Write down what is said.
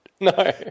No